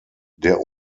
der